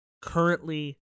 currently